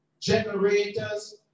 generators